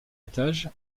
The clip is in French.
étage